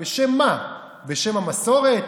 בשם מה, בשם המסורת?